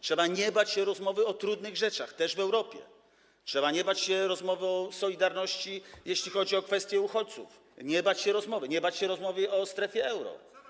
Trzeba nie bać się rozmowy o trudnych rzeczach, także w Europie, trzeba nie bać się rozmowy o solidarności, jeśli chodzi o kwestie uchodźców, nie bać się rozmowy o strefie euro.